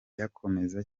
yakomeza